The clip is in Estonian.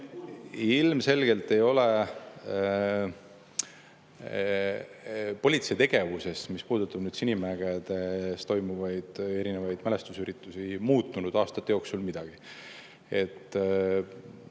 ilmselgelt ei ole politsei tegevuses, mis puudutab Sinimägedes toimuvaid erinevaid mälestusüritusi, muutunud aastate jooksul midagi.